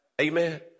Amen